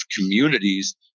communities